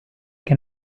che